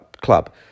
club